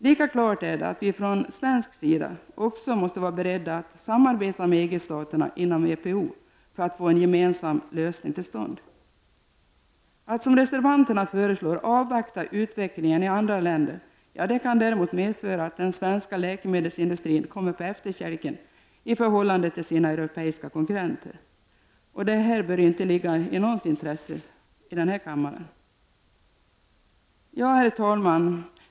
Lika självklart är det att vi från svensk sida också måste vara beredda att samarbeta med EG-staterna inom EPO för att få en gemensam lösning till stånd. Att som reservanterna föreslår avvakta utvecklingen i andra länder kan däremot medföra att den svenska läkemedelsindustrin kommer på efterkälken i förhållande till sina europeiska konkurrenter. Detta bör inte ligga i någons intresse i den här kammaren, Herr talman!